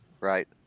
Right